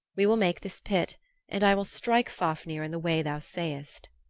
we will make this pit and i will strike fafnir in the way thou sayst.